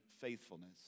faithfulness